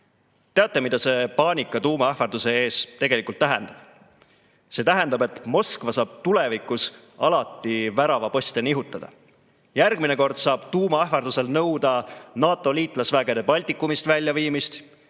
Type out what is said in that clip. Teate, mida see paanika tuumaähvarduse pärast tegelikult tähendab? See tähendab, et Moskva saab tulevikus alati väravaposte nihutada. Järgmine kord saab ta tuumaähvardusel nõuda NATO liitlasvägede Baltikumist väljaviimist,